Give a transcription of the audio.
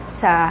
sa